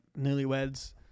newlyweds